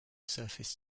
surfaced